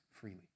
freely